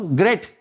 great